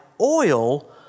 oil